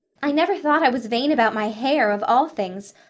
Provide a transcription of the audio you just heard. i never thought i was vain about my hair, of all things,